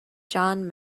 jan